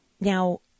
Now